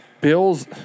Bills